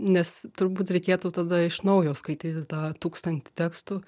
nes turbūt reikėtų tada iš naujo skaityti tą tūkstantį tekstų